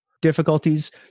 difficulties